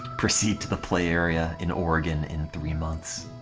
proceed to the play area in oregon in three months